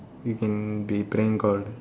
you can be prank called